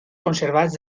conservats